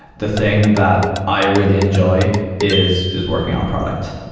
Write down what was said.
the thing that i really enjoy is is working on product.